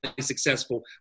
successful